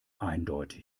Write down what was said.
eindeutig